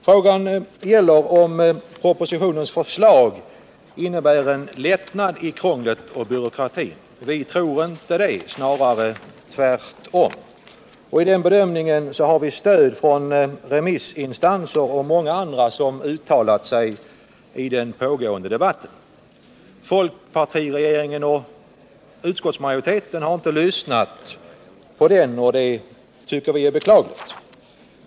Frågan gäller om propositionens förslag innebär en lättnad i krånglet och byråkratin. Vi tror inte det, snarare tvärtom. I den bedömningen har vi stöd från remissinstanser och många andra som har uttalat sig i den pågående debatten. Folkpartiregeringen och utskottsmajoriteten har inte lyssnat på dessa, och det tycker vi är beklagligt.